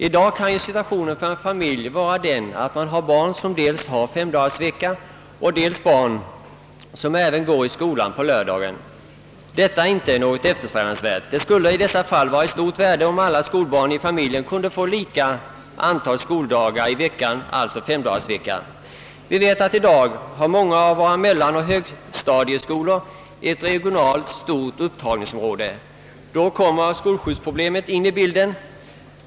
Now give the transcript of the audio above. I dag kan situationen för en familj vara dén, att man dels har barn med 3 dagarsvecka och dels barn som går i skolan även på lördagar. Detta är inte något eftersträvansvärt. Det skulle vara av stort värde om alla skolbarn i familjen kunde få lika antal skoldagar i veckan, alltså 5-dagarsvecka. I dag har många av våra mellanoch högstadieskolor ett regionalt stort upptagningsområde. Då kommer skolskjutsproblemet in i bilden.